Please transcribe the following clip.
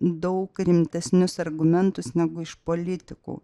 daug rimtesnius argumentus negu iš politikų